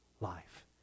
life